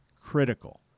Critical